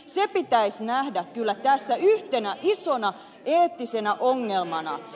se pitäisi nähdä kyllä tässä yhtenä isona eettisenä ongelmana